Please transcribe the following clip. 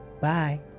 Bye